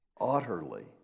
utterly